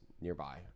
nearby